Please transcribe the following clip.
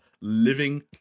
living